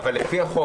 לפי החוק